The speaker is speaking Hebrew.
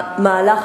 אתה יודע למה?